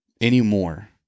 anymore